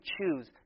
choose